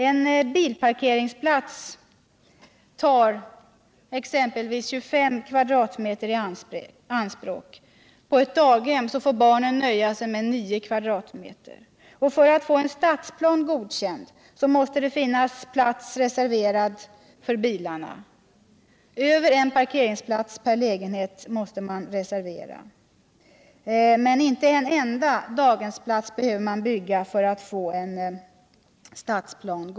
En bilparkeringsplats tar exempelvis 25 m? i anspråk. På ett daghem får barnen nöja sig med 9 m?. För att en stadsplan skall godkännas måste det finnas parkeringsplats reserverad för bilarna — över en bil per lägenhet måste man räkna med —- men man behöver inte reservera utrymme för en enda daghemsplats.